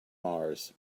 mars